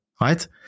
right